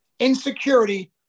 insecurity